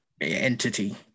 entity